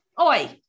Oi